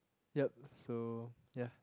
yup so ya